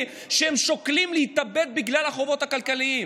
שהם שוקלים להתאבד בגלל החובות הכלכליים.